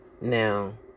Now